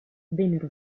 vennero